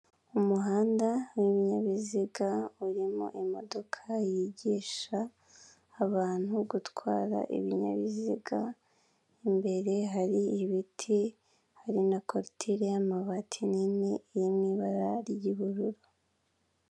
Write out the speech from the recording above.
Umuhanda w'ibinyabiziga, urimo imodoka yigisha abantu gutwara ibinyabiziga, imbere hari ibiti, hari na korutire y'amabati nini, iri mu ibara ry'ubururu.